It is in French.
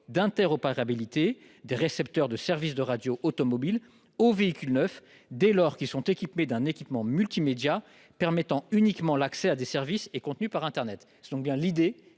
d'interopérabilité des récepteurs de services de radios automobiles aux véhicules neufs, dès lors que ces derniers disposent d'un équipement multimédia permettant uniquement l'accès à des services et contenus par internet. Quel est l'avis